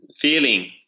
Feeling